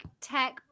tech